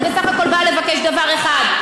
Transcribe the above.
אני בסך הכול באה לבקש דבר אחד,